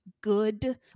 good